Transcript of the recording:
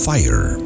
Fire